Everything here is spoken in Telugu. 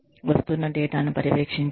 వస్తున్న డేటా ను పర్యవేక్షించండి